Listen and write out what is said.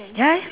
ya